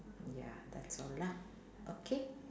ya that's all lah okay